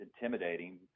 intimidating